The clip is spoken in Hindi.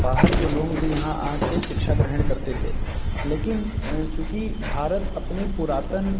बाहर के लोग भी यहाँ आ के शिक्षा ग्रहण करते थे लेकिन चूंकि भारत अपने पुरातन